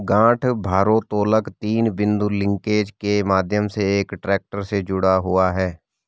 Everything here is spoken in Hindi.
गांठ भारोत्तोलक तीन बिंदु लिंकेज के माध्यम से एक ट्रैक्टर से जुड़ा हुआ है